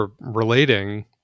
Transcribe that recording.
relating